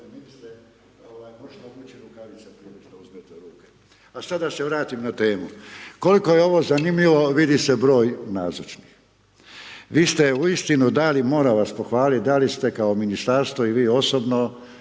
A sad da se vratim na temu, koliko je ovo zanimljivo vidi se broj nazočnih. Vi ste uistinu dali moram vas pohvalit, dali ste kao ministarstvo i vi osobno,